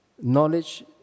Knowledge